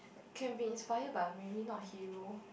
can be inspire but maybe not hero